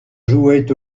jouaient